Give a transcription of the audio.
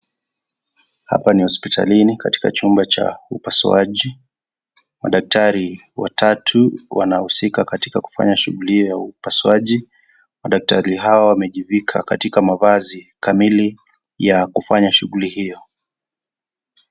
Hapa ni hospitalini katika chumba cha upasuaji. Madaktari watatu wanahusika katika kufanya shughuli hiyo ya upasuaji. Madaktari hawa wamejivika katika mawazi kamili ya kufanya shughuli hiyo.